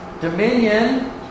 dominion